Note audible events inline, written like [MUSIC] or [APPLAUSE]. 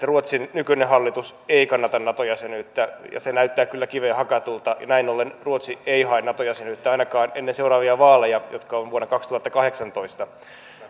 [UNINTELLIGIBLE] ruotsin nykyinen hallitus ei kannata nato jäsenyyttä ja se näyttää kyllä kiveen hakatulta näin ollen ruotsi ei hae nato jäsenyyttä ainakaan ennen seuraavia vaaleja jotka ovat vuonna kaksituhattakahdeksantoista